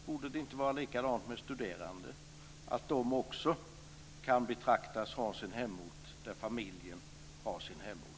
Borde det inte vara likadant med studerande, att de kan betraktas ha sin hemort där familjen har sin hemort?